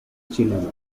chileno